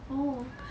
oh